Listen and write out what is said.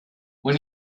when